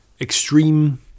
extreme